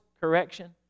correction